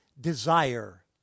desire